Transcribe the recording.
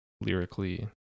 lyrically